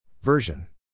Version